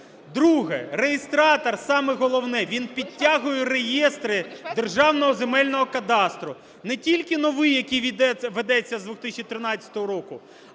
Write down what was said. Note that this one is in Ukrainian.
Друге. Реєстратор, саме головне, він підтягує реєстри Державного земельного кадастру, не тільки новий, який ведеться з 2013 року,